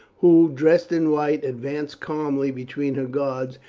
who, dressed in white, advanced calmly between her guards,